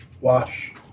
Wash